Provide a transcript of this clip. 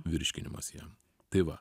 virškinimas jam tai va